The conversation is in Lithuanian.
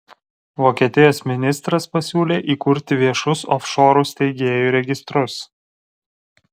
vokietijos ministras pasiūlė įkurti viešus ofšorų steigėjų registrus